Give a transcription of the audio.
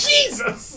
Jesus